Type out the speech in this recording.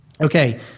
okay